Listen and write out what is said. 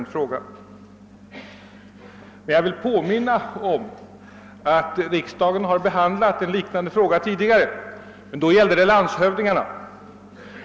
Jag vill emellertid påminna om att riksdagen tidigare har behandlat ett liknande ärende; då gällde det landshövdingarna.